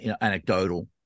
anecdotal